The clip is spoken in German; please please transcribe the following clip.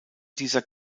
dieser